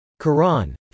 Quran